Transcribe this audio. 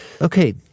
Okay